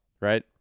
right